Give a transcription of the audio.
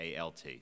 ALT